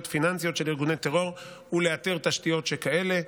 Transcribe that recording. פיננסיות של ארגוני טרור ולאתר תשתיות שכאלה.